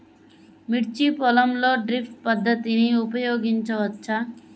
మిర్చి పొలంలో డ్రిప్ పద్ధతిని ఉపయోగించవచ్చా?